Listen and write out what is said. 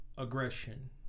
aggression